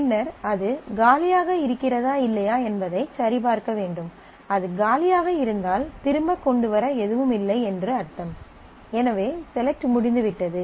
பின்னர் அது காலியாக இருக்கிறதா இல்லையா என்பதைச் சரிபார்க்க வேண்டும் அது காலியாக இருந்தால் திரும்பக் கொண்டுவர எதுவும் இல்லை என்று அர்த்தம் எனவே செலக்ட் முடிந்து விட்டது